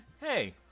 hey